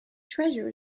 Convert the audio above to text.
treasure